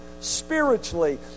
spiritually